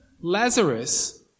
Lazarus